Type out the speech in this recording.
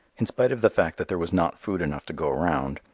in spite of the fact that there was not food enough to go round,